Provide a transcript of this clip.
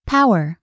Power